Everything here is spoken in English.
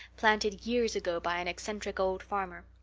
planted years ago by an eccentric old farmer.